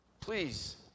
Please